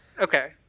Okay